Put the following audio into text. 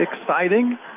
exciting